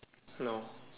no